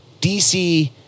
DC